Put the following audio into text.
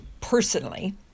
personally